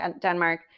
Denmark